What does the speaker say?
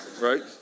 Right